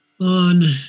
on